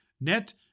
net